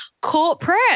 corporate